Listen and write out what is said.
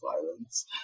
violence